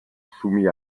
soumis